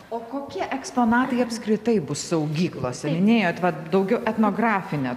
o kokie eksponatai apskritai bus saugyklose minėjot vat daugiau etnografinio